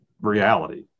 reality